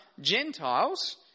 gentiles